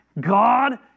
God